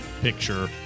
picture